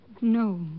No